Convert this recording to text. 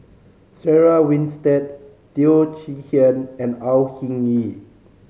Sarah Winstedt Teo Chee Hean and Au Hing Yee